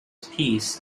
piece